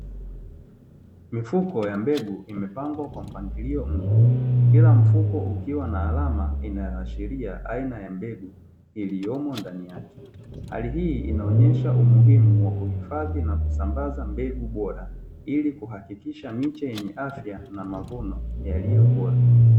Mifuko ya mbegu imepangwa kwa mpangilio mzuri, kila mfuko ukiwa na alama inayoshiria aina ya mbegu iliyomo ndani yake. Hali hii inaonyesha umuhimu wa kuhifadhi na kusambaza mbegu bora ili kuhakikisha miti yenye afya na mavuno yaliyo bora.